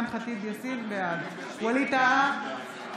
בעד ווליד טאהא,